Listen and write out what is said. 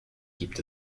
gibt